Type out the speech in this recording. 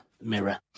mirror